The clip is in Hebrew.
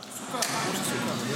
כמו שסוכם, כמו שסוכם.